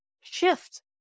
shift